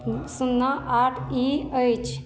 शुन्ना आठ ई अछि